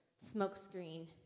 smokescreen